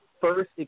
first